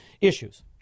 issues